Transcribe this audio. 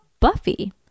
Buffy